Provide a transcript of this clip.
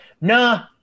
nah